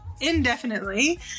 indefinitely